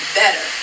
better